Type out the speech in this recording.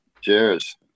cheers